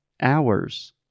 hours